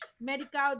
medical